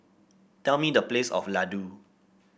tell me the price of Ladoo